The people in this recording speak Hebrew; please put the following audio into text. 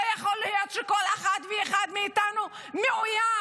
לא יכול להיות שכל אחד ואחד מאיתנו מאוים